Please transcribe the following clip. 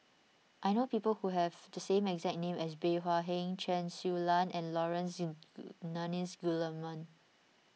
I know people who have the exact name as Bey Hua Heng Chen Su Lan and Laurence Nunns Guillemard